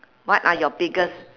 what are your biggest